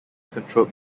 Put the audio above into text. controlled